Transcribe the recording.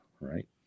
right